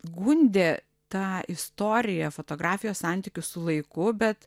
gundė ta istorija fotografijos santykis su laiku bet